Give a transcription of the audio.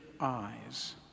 eyes